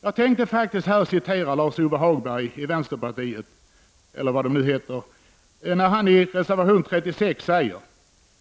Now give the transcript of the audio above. Jag tänkte faktiskt citera Lars-Ove Hagberg i vänsterpartiet, eller vad de nu heter, när han i reservation 36 säger: